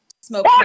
smoke